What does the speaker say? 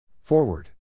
Forward